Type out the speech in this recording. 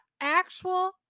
actual